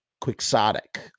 quixotic